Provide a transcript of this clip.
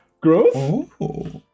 Growth